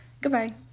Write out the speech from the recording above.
Goodbye